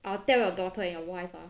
I will tell your daughter and your wife ah